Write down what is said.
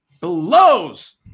blows